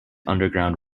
underground